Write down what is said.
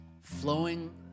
flowing